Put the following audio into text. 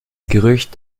gerücht